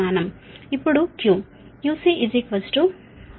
ఇప్పుడు Q QC IC2XC